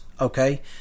okay